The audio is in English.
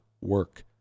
work